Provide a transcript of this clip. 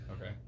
okay